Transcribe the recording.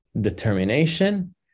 determination